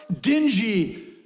dingy